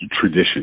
tradition